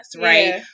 Right